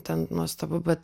ten nuostabu bet